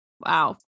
Wow